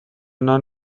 نان